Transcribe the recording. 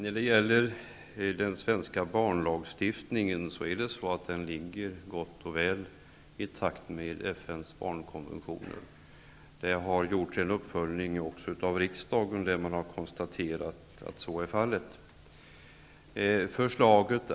Fru talman! Den svenska barnlagstiftningen är gott och väl i takt med FN:s barnkonventioner. Det har gjorts en uppföljning också av riksdagen där man har konstaterat att så är fallet.